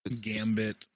Gambit